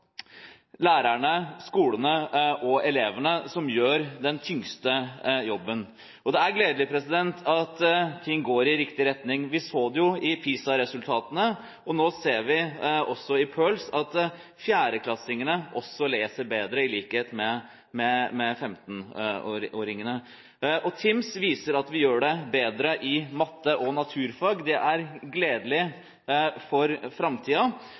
lærerne, skolene og elevene som gjør den tyngste jobben. Det er gledelig at ting går i riktig retning. Vi så det på PISA-resultatene, og nå ser vi også i PIRLS at fjerdeklassingene leser bedre, i likhet med 15-åringene. TIMSS viser at vi gjør det bedre i matte og naturfag. Det er gledelig for